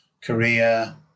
Korea